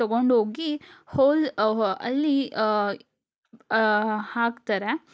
ತಗೊಂಡು ಹೋಗಿ ಹೋಲ್ ಅಲ್ಲಿ ಹಾಕ್ತಾರೆ